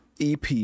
EP